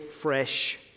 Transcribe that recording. fresh